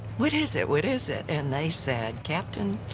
what is it? what is it? and they said, captain,